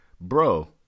bro